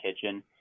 kitchen